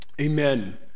Amen